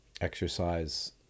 exercise